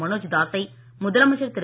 மனோஜ் தாசை முதலமைச்சர் திரு